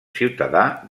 ciutadà